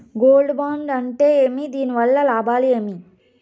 Gold bond అంటే ఏమి? దీని వల్ల లాభాలు ఏమి?